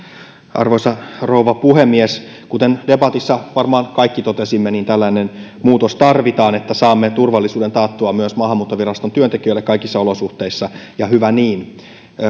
arvoisa rouva puhemies kuten debatissa varmaan kaikki totesimme tällainen muutos tarvitaan että saamme turvallisuuden taattua myös maahanmuuttoviraston työntekijöille kaikissa olosuhteissa ja hyvä niin